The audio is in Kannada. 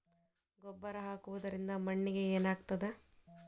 ಗೊಬ್ಬರ ಹಾಕುವುದರಿಂದ ಮಣ್ಣಿಗೆ ಏನಾಗ್ತದ?